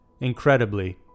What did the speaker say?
incredibly